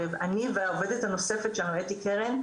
אני והעובדת הנוספת שלנו אתי קרן,